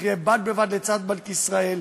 שתחיה בד בבד לצד בנק ישראל,